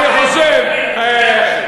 אני רוצה ללכת.